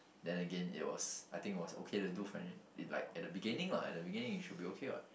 then again it was I think it was okay to do financial like at the beginning lah at the beginning it should be okay what